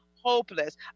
hopeless